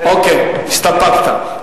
אוקיי, הסתפקת.